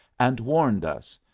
and warned us.